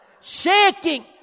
shaking